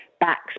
backs